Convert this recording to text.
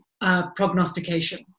prognostication